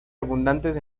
abundantes